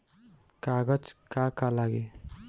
कागज का का लागी?